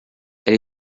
elle